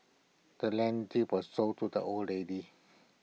the land deed was sold to the old lady